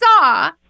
saw